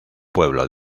pueblo